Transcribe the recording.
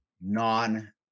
non